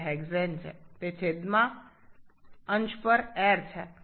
সুতরাং আমাদের লব হল বায়ু এবং হর হল হেক্সেন